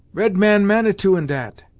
red man manitou in dat.